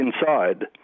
inside